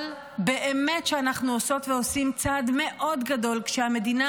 אבל באמת שאנחנו עושות ועושים צעד גדול מאוד כשהמדינה